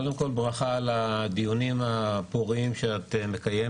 קודם כל, ברכה על הדיונים הפוריים שאת מקיימת.